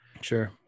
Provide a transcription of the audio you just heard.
sure